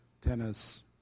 tennis